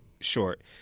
short